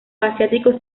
asiáticos